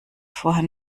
vorher